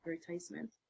advertisement